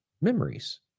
memories